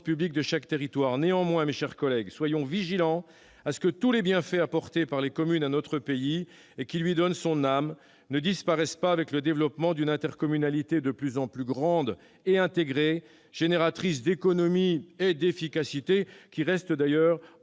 publiques de chaque territoire. Néanmoins, mes chers collègues, soyons vigilants à ce que tous les bienfaits apportés par les communes à notre pays, et qui lui donnent son « âme », ne disparaissent pas avec le développement d'une intercommunalité de plus en plus grande et intégrée, génératrice d'économies et d'efficacité, lesquelles restent d'ailleurs